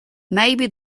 maybe